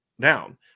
down